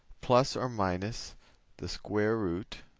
plus or minus the square root